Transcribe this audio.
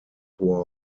war